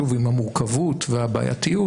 שוב עם המורכבות ועם הבעייתיות,